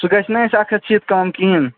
سُہ گَژھِ نا اَسہِ اکھ شیٖتھ کَم کِہیٖنۍ